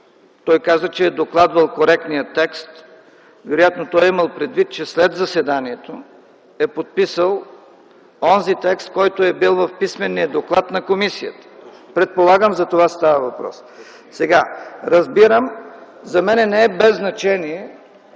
Той каза, че е докладвал коректния текст. Вероятно той е имал предвид, че след заседанието е подписал онзи текст, който е бил в писмения доклад на комисията. Предполагам, че за това става въпрос. Разбирам, за мен не е без значение,